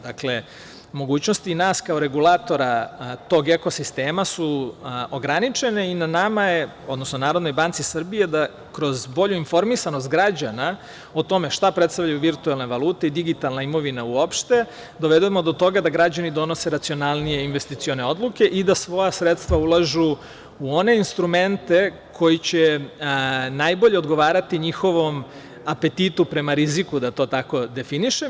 Dakle, mogućnosti nas kao regulatora tog ekosistema su ograničene i na Narodnoj banci Srbije je da kroz bolju informisanost građana o tome šta predstavljaju virtuelne valute i digitalna imovina uopšte dovedemo do toga da građani donose racionalnije investicione odluke i da svoja sredstva ulažu u one instrumente koji će najbolje odgovarati njihovom apetitu prema riziku da to tako definišem.